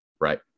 Right